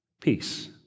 peace